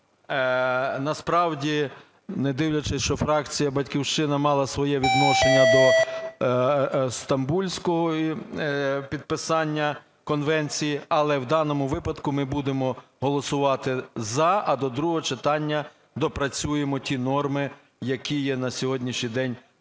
насправді, не дивлячись, що фракція "Батьківщина" мала своє відношення до стамбульського підписання конвенції, але в даному випадку ми будемо голосувати за, а до другого читання доопрацюємо ті норми, які є на сьогоднішній день, на